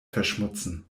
verschmutzen